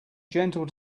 gentle